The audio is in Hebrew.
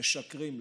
משקרים להם.